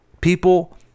people